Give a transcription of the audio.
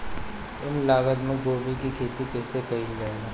कम लागत मे गोभी की खेती कइसे कइल जाला?